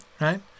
right